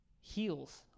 heals